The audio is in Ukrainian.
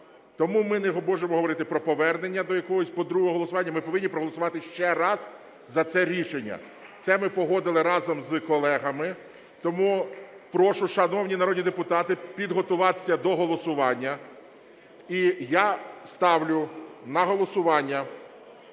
Тому ми не можемо говорити про повернення до якогось другого голосування, ми повинні проголосувати ще раз за це рішення. Це ми погодили разом з колегами. Тому прошу, шановні народні депутати, підготуватися до голосування. І я ставлю на голосування